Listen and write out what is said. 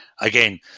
Again